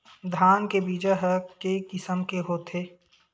धान के बीजा ह के किसम के होथे?